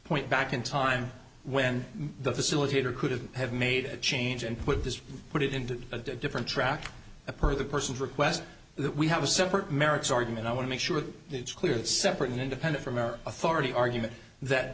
point back in time when the facilitator could have made a change and put this put it into a different track per the person's request that we have a separate merits argument i want to make sure that it's clear that separate and independent from our authority argument that